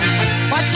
Watch